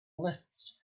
lifts